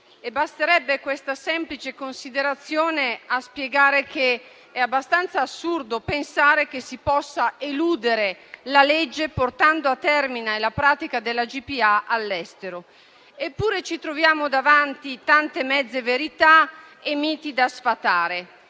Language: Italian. Basterebbe questa semplice considerazione a spiegare che è abbastanza assurdo pensare che si possa eludere la legge portando a termine la pratica della GPA all'estero. Eppure ci troviamo davanti tante mezze verità e miti da sfatare.